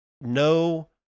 No